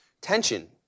tension